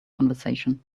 conversation